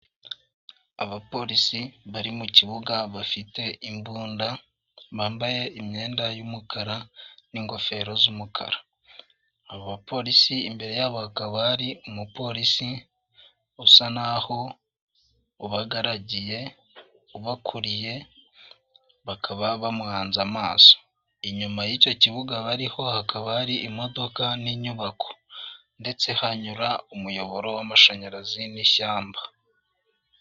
Abapolisi bari mu kibuga bafite imbunda bambaye imyenda y'umukara n'ingofero z'umukara abapolisi imbere y'abagabo hari umupolisi usa nkaho ubagaragiye ubakuriye bakaba bamuhanze amaso inyuma y'icyo kibuga bariho hakaba hari imodoka n'inyubako ndetse hanyura umuyoboro w'amashanyarazi n'ishyamba .